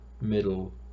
middle